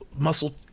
Muscle